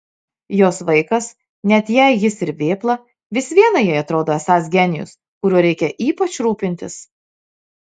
jos vaikas net jei jis ir vėpla vis viena jai atrodo esąs genijus kuriuo reikia ypač rūpintis